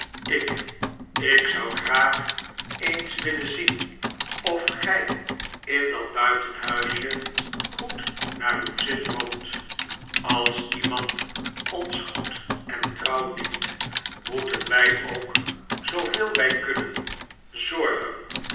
ik ik zou graag eens willen zien of gij in dat buitenhuisje goed naar uw zin woont als iemand ons goed en trouw dient moeten wij ook zooveel wij kunnen zorgen